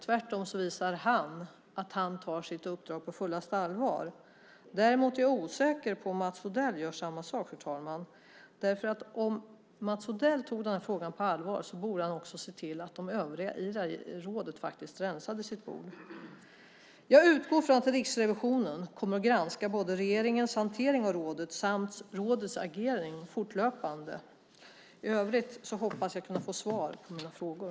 Tvärtom visar han att han tar sitt uppdrag på fullaste allvar. Däremot är jag, fru talman, osäker på om Mats Odell också gör det. Om Mats Odell tog frågan på allvar borde han ju också se till att övriga i rådet rensade sina bord. Jag utgår från att Riksrevisionen fortlöpande granskar både regeringens hantering av rådet och rådets agerande. I övrigt hoppas jag på att kunna få svar på mina frågor.